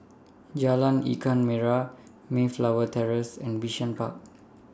Jalan Ikan Merah Mayflower Terrace and Bishan Park